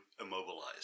immobilized